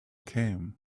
came